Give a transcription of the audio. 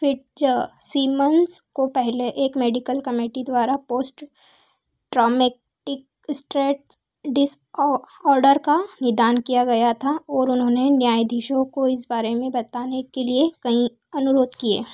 Fitz Simmons को पहले एक मेडिकल कमेटी द्वारा post traumatic stress disorder का निदान किया गया था और उन्होंने न्यायधीशों को इस बारे में बताने के लिए कईं अनुरोध किए